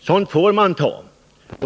Sådant får man ta.